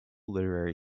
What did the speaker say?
literary